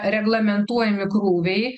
reglamentuojami krūviai